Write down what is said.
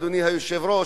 אדוני היושב-ראש,